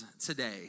today